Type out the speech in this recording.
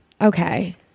okay